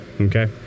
Okay